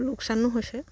লোকচানো হৈছে